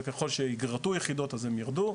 וככל שייגרטו יחידות אז הן ירדו,